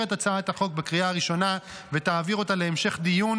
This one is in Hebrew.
את הצעת החוק בקריאה ראשונה ותעביר אותה להמשך דיון